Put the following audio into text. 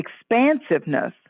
expansiveness